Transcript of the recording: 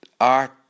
art